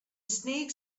snake